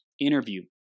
interview